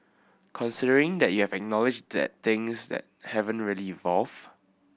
considering that you have acknowledged that things that haven't really evolved